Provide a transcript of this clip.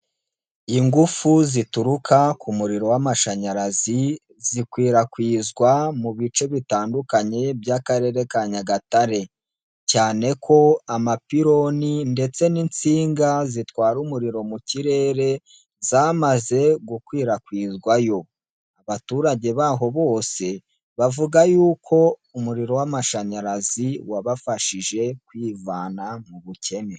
Ingufu zituruka ku muriro w'amashanyarazi, zikwirakwizwa mu bice bitandukanye by'akarere ka Nyagatare, cyane ko amapiloni ndetse n'insinga zitwara umuriro mu kirere, zamaze gukwirakwizwayo, abaturage baho bose, bavuga yuko umuriro w'amashanyarazi wabafashije kwivana mu bukene.